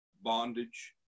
bondage